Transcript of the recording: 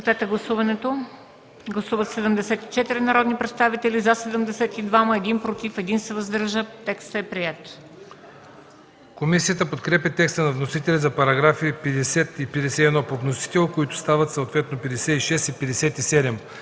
Комисията подкрепя текста на вносителя за § 50 и 51 по вносител, които стават съответно § 56 и 57.